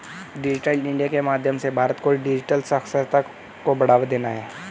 digital India के माध्यम से भारत को डिजिटल साक्षरता को बढ़ावा देना है